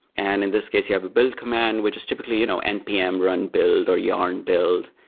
and in this case, you have a build command, which is typically you know npm run build, or yarn build.